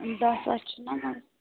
دَہ ساس چھِنَہ مَہ